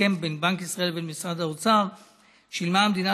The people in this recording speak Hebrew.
הסכם בין בנק ישראל לבין משרד האוצר שילמה המדינה